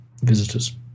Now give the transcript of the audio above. visitors